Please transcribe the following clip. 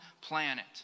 planet